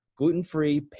gluten-free